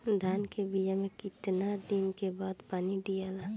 धान के बिया मे कितना दिन के बाद पानी दियाला?